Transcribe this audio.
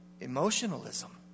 emotionalism